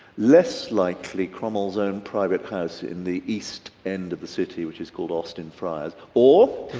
less likely cromwell's own private house in the east end of the city which is called austin friars. or,